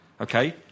Okay